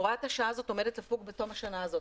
הוראת השעה הזאת עומדת לפוג בתום השנה הזו,